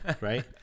right